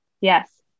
Yes